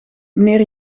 meneer